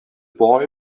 boy